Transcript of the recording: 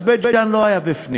אז בית-ג'ן לא היה בפנים.